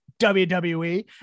WWE